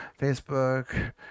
Facebook